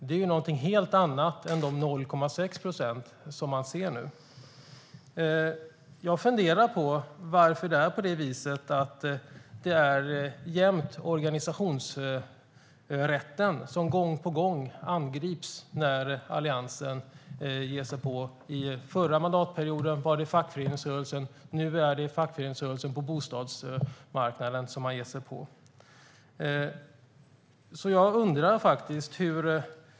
Det är något helt annat än de 0,6 procent man ser nu. Jag funderar över varför det är så att det jämt är organisationsrätten som angrips när Alliansen ger sig på dessa frågor. Under förra mandatperioden var det fackföreningsrörelsen. Nu är det fackföreningsrörelsen på bostadsmarknaden.